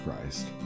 Christ